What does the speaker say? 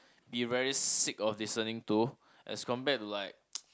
be very sick of listening to as compared to like